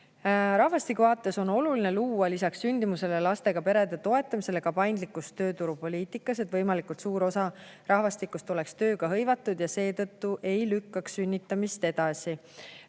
Rahvastikuvaates on oluline luua lisaks sündimusele ja lastega perede toetamisele paindlikkus tööturupoliitikas, et võimalikult suur osa rahvastikust oleks tööga hõivatud ja [vähese paindlikkuse] tõttu ei lükataks sünnitamist edasi.